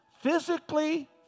physically